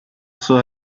sus